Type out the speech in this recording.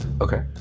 Okay